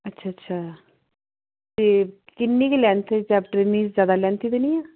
ਅੱਛਾ ਅੱਛਾ ਅਤੇ ਕਿੰਨੀ ਕੁ ਲੈਂਥ 'ਚ ਚੈਪਟਰ ਮੀਨਜ਼ ਜ਼ਿਆਦਾ ਲੈਂਥੀ ਤਾਂ ਨਹੀਂ ਆ